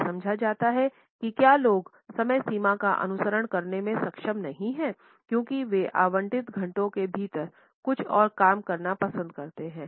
यह समझा जाता है कि क्या लोग समय सीमा का अनुसरण करने में सक्षम नहीं हैं क्योंकि वे आवंटित घंटे के भीतर कुछ और काम करना पसंद करते हैं